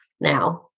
Now